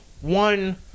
one